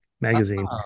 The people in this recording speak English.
magazine